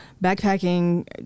backpacking